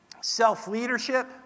self-leadership